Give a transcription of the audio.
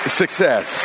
success